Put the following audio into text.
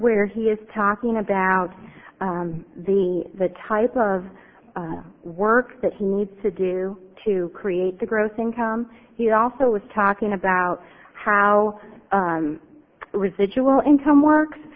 where he is talking about the the type of work that he needs to do to create the gross income he also was talking about how residual income works